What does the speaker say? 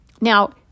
Now